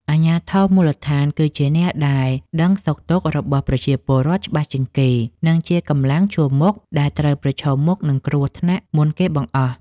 អាជ្ញាធរមូលដ្ឋានគឺជាអ្នកដែលដឹងសុខទុក្ខរបស់ប្រជាពលរដ្ឋច្បាស់ជាងគេ និងជាកម្លាំងជួរមុខដែលត្រូវប្រឈមមុខនឹងគ្រោះថ្នាក់មុនគេបង្អស់។